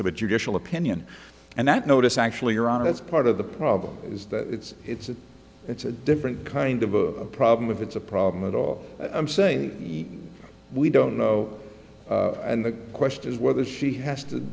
of a judicial opinion and that notice actually are on it's part of the problem is that it's it's a it's a different kind of a problem with it's a problem at all i'm saying we don't know and the question is whether she has to